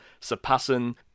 surpassing